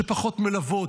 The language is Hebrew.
שפחות מלוות,